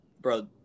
bro